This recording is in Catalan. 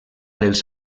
els